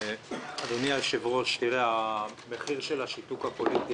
אדוני היושב-ראש, המחיר החברתי של השיתוק הפוליטי